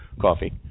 coffee